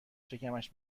شکمش